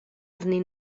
arnyn